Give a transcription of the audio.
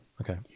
Okay